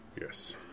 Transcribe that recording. Yes